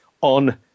on